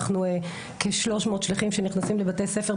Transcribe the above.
אנחנו כ-300 שליחים שנכנסים לבתי ספר,